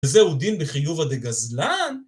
וזהו דין בחיובא דגזלן?